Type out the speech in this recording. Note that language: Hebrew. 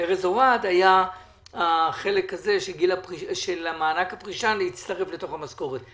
לארז אוהד היה החלק הזה של מענק הפרישה להצטרף לתוך המשכורת.